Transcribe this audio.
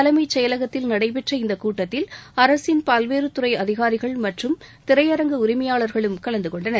தலைமைச் செயலகத்தில் நடைபெற்ற இந்த கூட்டத்தில் அரசின் பல்வேறு துறை அதினாிகள் மற்றும் திரையரங்கு உரிமையாளர்கள் கலந்து கொண்டார்